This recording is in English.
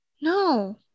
No